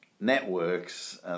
networks